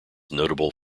notable